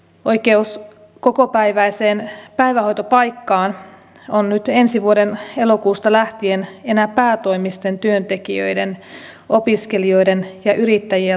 oikeus kokopäiväiseen päivähoitopaikkaan on nyt ensi vuoden elokuusta lähtien enää päätoimisten työntekijöiden opiskelijoiden ja yrittäjien lapsilla